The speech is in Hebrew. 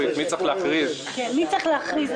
בסדר, ד"ר יפה.